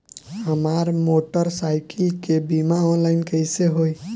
हमार मोटर साईकीलके बीमा ऑनलाइन कैसे होई?